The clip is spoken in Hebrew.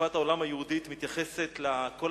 השקפת העולם היהודית מתייחסת לכל